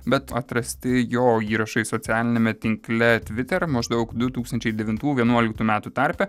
bet atrasti jo įrašai socialiniame tinkle tviter maždaug du tūkstančiai devintų vienuoliktų metų tarpe